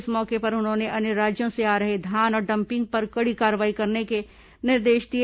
इस मौके पर उन्होंने अन्य राज्यों से आ रहे धान और डंपिंग पर कड़ी कार्रवाई करने के निर्देश दिए